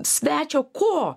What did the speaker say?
svečio ko